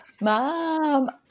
Mom